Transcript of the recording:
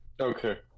Okay